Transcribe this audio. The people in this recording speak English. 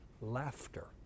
laughter